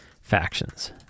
factions